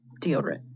deodorant